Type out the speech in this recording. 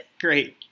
Great